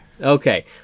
Okay